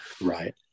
right